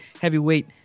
heavyweight